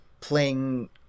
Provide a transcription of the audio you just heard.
playing